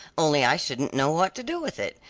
only i shouldn't know what to do with it,